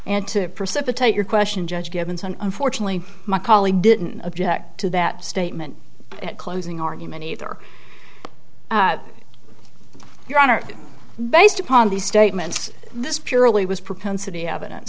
and to precipitate your question judge givens and unfortunately my colleague didn't object to that statement at closing argument either your honor based upon these statements this purely was propensity eviden